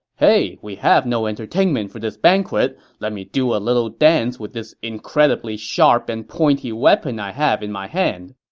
hey, we have no entertainment for this banquet. let me do a little dance with this incredibly sharp and pointy weapon i have in my hand.